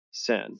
sin